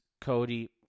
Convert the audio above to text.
Cody